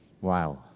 Wow